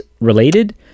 related